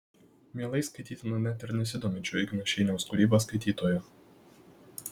mielai skaitytina net ir nesidominčio igno šeiniaus kūryba skaitytojo